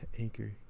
anchor